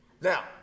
Now